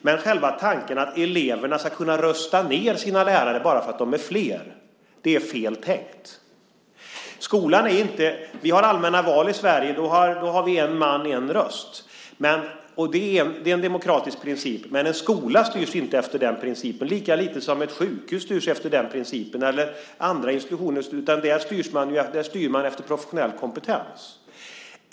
Men själva tanken att eleverna ska kunna rösta ned sina lärare bara för att de är flera är fel. Vi har allmänna val i Sverige, och då har vi en man, en röst. Det är en demokratisk princip. Men en skola styrs inte efter den principen, lika lite som ett sjukhus eller andra institutioner styrs efter den principen. Där styr man efter professionell kompetens.